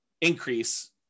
increase